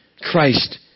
Christ